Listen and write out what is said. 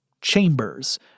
chambers